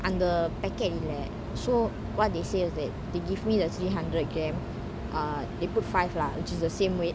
அந்த:antha packet leh so what they say is that they give me the three hundred grams uh they put five lah which is the same weight